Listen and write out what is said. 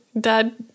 Dad